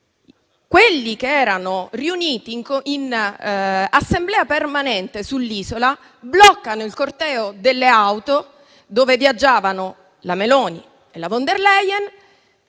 quelli che erano riuniti in assemblea permanente sull'isola bloccano il corteo delle auto dove viaggiavano la Meloni e la von der Leyen